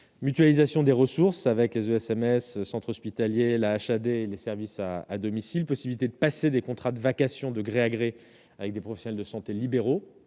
mutualisation des ressources avec les USMS, centre hospitalier l'HAD des services à à domicile, possibilité de passer des contrats de vacation de gré à gré avec des professionnels de santé libéraux,